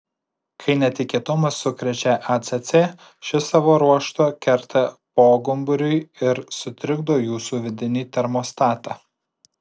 kai netikėtumas sukrečia acc ši savo ruožtu kerta pogumburiui ir sutrikdo jūsų vidinį termostatą